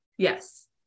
Yes